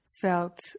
felt